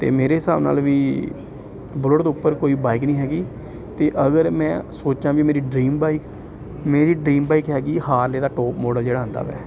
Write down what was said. ਅਤੇ ਮੇਰੇ ਹਿਸਾਬ ਨਾਲ ਵੀ ਬੁਲਟ ਦੇ ਉੱਪਰ ਕੋਈ ਬਾਈਕ ਨਹੀਂ ਹੈਗੀ ਅਤੇ ਅਗਰ ਮੈਂ ਸੋਚਾਂ ਵੀ ਮੇਰੀ ਡਰੀਮ ਬਾਈਕ ਮੇਰੀ ਡਰੀਮ ਬਾਈਕ ਹੈਗੀ ਹਾਰਲੇ ਦਾ ਟੋਪ ਮਾਡਲ ਜਿਹੜਾ ਹੁੰਦਾ ਹੈ